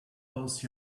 those